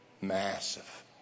Massive